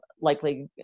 likely